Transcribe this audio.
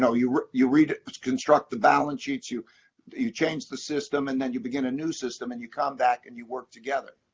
know, you you construct the balance sheets, you you change the system and then you begin a new system and you come back and you work together.